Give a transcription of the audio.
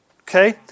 Okay